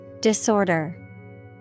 Disorder